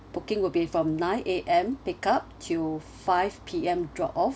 booking will be from nine A_M pick up to five P_M drop off